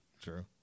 True